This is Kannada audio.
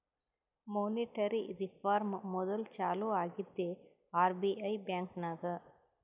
ಮೋನಿಟರಿ ರಿಫಾರ್ಮ್ ಮೋದುಲ್ ಚಾಲೂ ಆಗಿದ್ದೆ ಆರ್.ಬಿ.ಐ ಬ್ಯಾಂಕ್ನಾಗ್